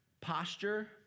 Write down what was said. posture